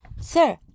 Sir